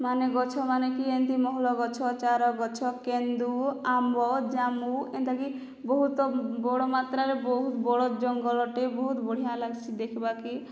ମାନେ ଗଛମାନେ କି ଏନ୍ତି ମହୁଲ ଗଛ ଚାର ଗଛ କେନ୍ଦୁ ଆମ୍ବ ଜାମୁ ଏନ୍ତା କି ବହୁତ ବଡ଼ ମାତ୍ରାରେ ବହୁତ ବଡ଼ ଜଙ୍ଗଲଟେ ବହୁତ ବଢ଼ିଆ ଲାଗ୍ସି ଦେଖ୍ବାକେ